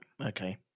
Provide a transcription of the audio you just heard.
Okay